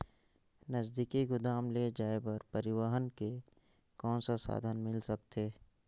नजदीकी गोदाम ले जाय बर परिवहन के कौन साधन मिल सकथे?